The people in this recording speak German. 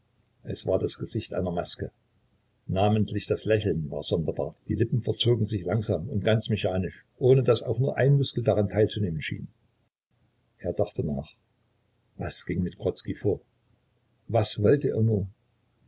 es war das gesicht einer maske namentlich das lächeln war sonderbar die lippen verzogen sich langsam und ganz mechanisch ohne daß auch nur ein muskel daran teil zu nehmen schien er dachte nach was ging mit grodzki vor was wollte er nur